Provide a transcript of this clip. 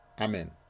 Amen